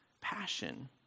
passion